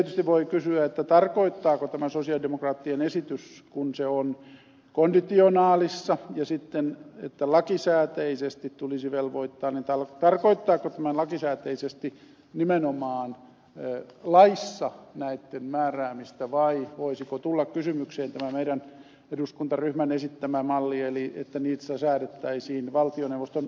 tietysti voi kysyä tarkoittaako tämä sosialidemokraattien esitys kun se on konditionaalissa ja kun sanotaan että lakisääteisesti tulisi velvoittaa nimenomaan näitten määräämistä laissa vai voisiko tulla kysymykseen tämä meidän eduskuntaryhmämme esittämä malli että niistä säädettäisiin valtioneuvoston asetuksella